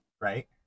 right